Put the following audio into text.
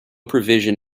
provision